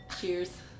Cheers